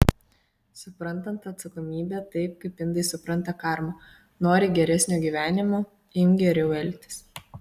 suprantant atsakomybę taip kaip indai supranta karmą nori geresnio gyvenimo imk geriau elgtis